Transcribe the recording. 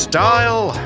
Style